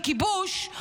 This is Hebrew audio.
כי כיבוש,